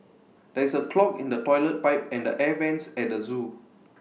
there is A clog in the Toilet Pipe and the air Vents at the Zoo